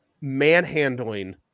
manhandling